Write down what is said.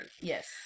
Yes